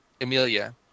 Amelia